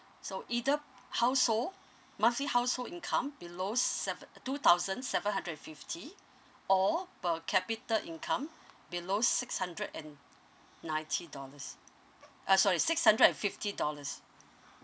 so either household monthly household income below seven two thousand seven hundred and fifty or per capita income below six hundred and ninety dollars uh sorry six hundred and fifty dollars